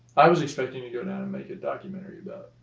i was expecting to go down and make a documentary about